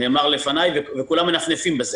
כך נאמר לפניי וכולם מנפנפים בזה.